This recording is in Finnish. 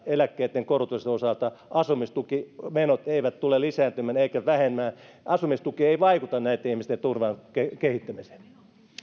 eläkkeitten korotusten osalta asumistukimenot eivät tule lisääntymään eivätkä vähenemään asumistuki ei vaikuta näitten ihmisten turvan kehittämiseen